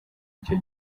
icyo